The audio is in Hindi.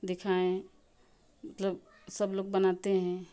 दिखाएँ मतलब सब लोग बनाते हैं